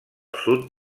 sud